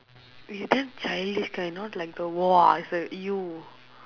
we damn childish kind not like the !wah! it's like you